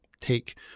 take